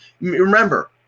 remember